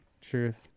truth